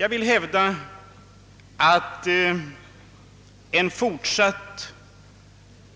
Jag vill hävda att den